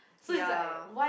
ya